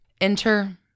enter